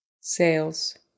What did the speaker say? sales